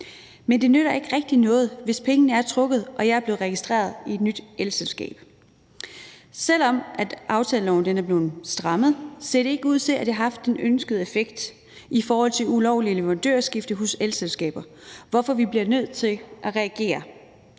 Men det nytter ikke rigtig noget, hvis pengene er trukket og jeg er blevet registreret i et nyt elselskab. Selv om aftaleloven er blevet strammet, ser det ikke ud til, at det har haft den ønskede effekt i forhold til ulovlig leverandørskifte hos elselskaber, hvorfor vi bliver nødt til at reagere.